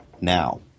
now